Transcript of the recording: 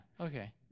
okay